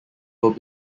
will